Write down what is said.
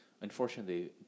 Unfortunately